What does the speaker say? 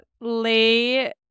lay